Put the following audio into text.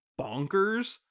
bonkers